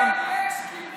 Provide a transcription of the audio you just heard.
גם, האם בישראל יש כיבוש?